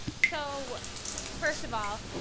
so first of all,